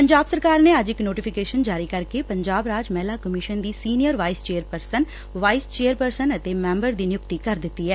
ਪੰਜਾਬ ਸਰਕਾਰ ਨੇ ਅੱਜ ਇਕ ਨੋਟੀਫਿਕੇਸ਼ਨ ਜਾਰੀ ਕਰਕੇ ਪੰਜਾਬ ਰਾਜ ਮਹਿਲਾ ਕਮਿਸ਼ਨ ਦੀ senior vice chairperson vice chairperson ਅਤੇ ਮੈਬਰ ਦੀ ਨਿਯੁਕਡੀ ਕਰ ਦਿੱਡੀ ਐ